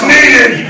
Needed